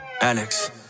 Alex